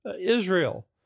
Israel